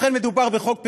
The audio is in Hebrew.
ובכן, מדובר בחוק פרסונלי,